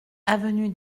avenue